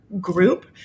group